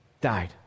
died